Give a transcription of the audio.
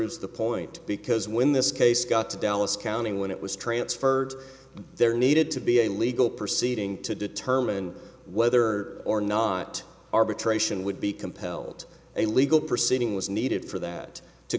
proves the point because when this case got to dallas county when it was transferred there needed to be a legal proceeding to determine whether or not arbitration would be compelled a legal proceeding was needed for that to